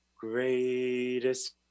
greatest